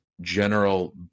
general